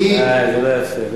אה, זה לא יפה.